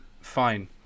fine